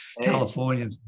California